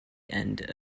end